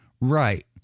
Right